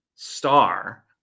Star